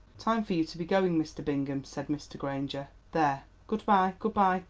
time for you to be going, mr. bingham, said mr. granger. there, good-bye, good-bye!